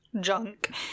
junk